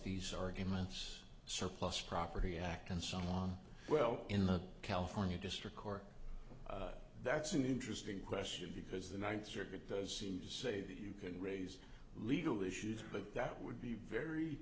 these arguments surplus property act and so on well in the california district court that's an interesting question because the ninth circuit does seem to say that you can raise legal issues but that would be very